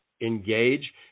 engage